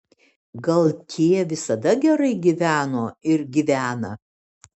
gal tie visada gerai gyveno ir gyvena